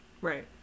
Right